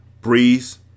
Breeze